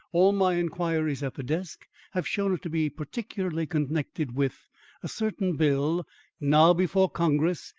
all my inquiries at the desk have shown it to be particularly connected with a certain bill now before congress,